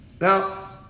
Now